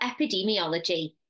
epidemiology